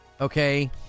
okay